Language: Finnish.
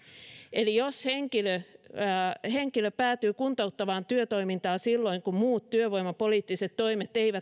eli jos henkilö henkilö päätyy kuntouttavaan työtoimintaan silloin kun muut työvoimapoliittiset toimet eivät